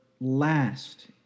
last